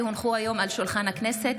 כי הונחו היום על שולחן הכנסת,